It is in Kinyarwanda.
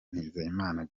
nizeyimana